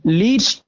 leads